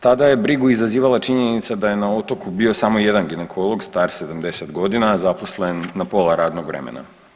Tada je brigu izazivala činjenica da je na otoku bio samo jedan ginekolog star 70 godina, zaposlen na pola radnog vremena.